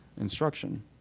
instruction